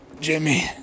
Jimmy